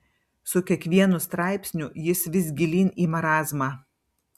su kiekvienu straipsniu jis vis gilyn į marazmą